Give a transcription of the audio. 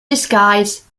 disguise